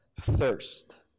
Thirst